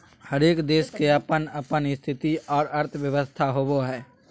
हरेक देश के अपन अपन स्थिति और अर्थव्यवस्था होवो हय